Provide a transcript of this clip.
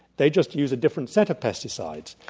they just use a different set of pesticides.